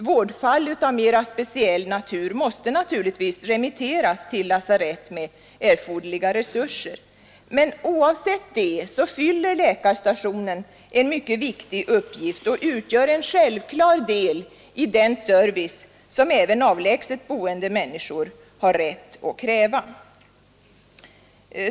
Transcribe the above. Vårdfall av mer speciell natur måste remitteras till lasarett med erforderliga resurser. Men oavsett detta fyller läkarstationen en mycket viktig uppgift och utgör en självklar del i den service som även avlägset boende människor har rätt att kräva.